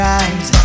eyes